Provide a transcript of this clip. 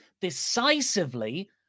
decisively